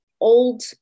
old